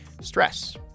stress